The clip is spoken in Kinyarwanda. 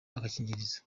agakingirizo